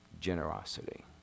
generosity